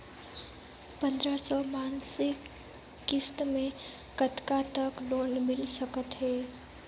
पंद्रह सौ मासिक किस्त मे कतका तक लोन मिल सकत हे?